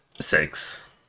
six